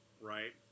right